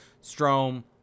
Strom